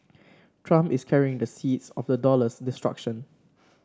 trump is carrying the seeds of the dollar's destruction